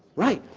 right.